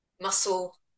Muscle